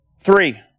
Three